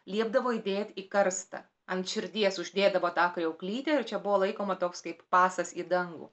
liepdavo įdėt į karstą ant širdies uždėdavo tą kriauklytę ir čia buvo laikoma toks kaip pasas į dangų